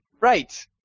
Right